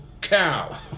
cow